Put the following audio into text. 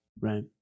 right